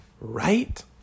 right